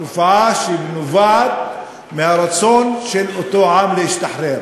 תופעה שנובעת מהרצון של אותו עם להשתחרר.